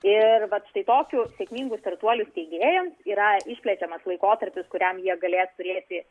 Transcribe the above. ir vat štai tokių sėkmingų startuolių steigėjams yra išplečiamas laikotarpis kuriam jie galės turėti